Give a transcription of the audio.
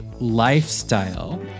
lifestyle